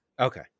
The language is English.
Okay